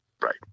right